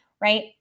right